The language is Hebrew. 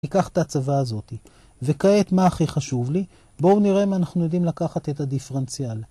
ניקח את ההצבה הזאת, וכעת מה הכי חשוב לי? בואו נראה אם אנחנו יודעים לקחת את הדיפרנציאל.